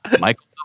Michael